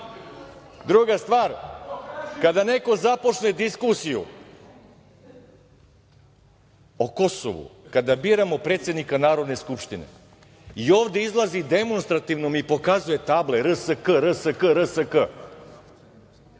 stvar, kada neko započne diskusiju o Kosovu, kad biramo predsednika Narodne skupštine i ovde izlazi demonstrativno mi pokazuje table RSK, RSK, RSK,